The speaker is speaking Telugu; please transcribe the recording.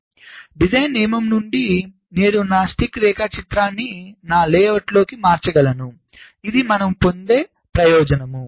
కాబట్టి డిజైన్ నియమం నుండి నేను నేరుగా నా స్టిక్ రేఖాచిత్రాన్ని నా లేఅవుట్లోకి మార్చగలను ఇది మనం పొందే ప్రయోజనం